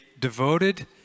devoted